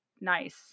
nice